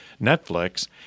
Netflix